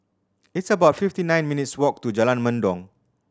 it's about fifty nine minutes' walk to Jalan Mendong